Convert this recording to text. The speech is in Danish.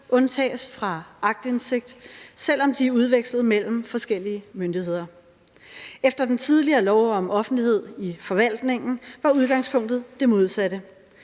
undtages fra aktindsigt, selv om de er udvekslet mellem forskellige myndigheder. Efter den tidligere lov om offentlighed i forvaltningen var udgangspunktet det modsatte.